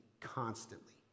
constantly